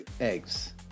eggs